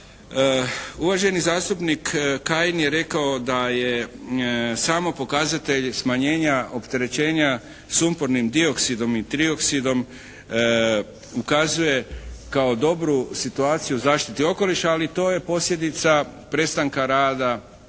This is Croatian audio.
Uvaženi zastupnik Kajin je rekao da je samo pokazatelj smanjenja opterećenja sumpornim dioksidom i trioksidom ukazuje kao dobru situaciju u zaštiti okoliša, ali to je posljedica prestanka rada,